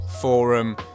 forum